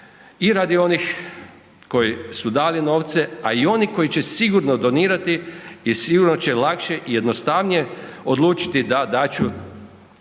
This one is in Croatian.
i radi onih koji su dali novce, a i onih koji će sigurno donirati i sigurno će lakše i jednostavnije odlučiti da dat